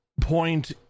point